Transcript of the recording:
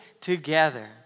together